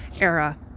era